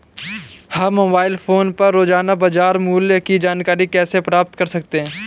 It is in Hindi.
हम मोबाइल फोन पर रोजाना बाजार मूल्य की जानकारी कैसे प्राप्त कर सकते हैं?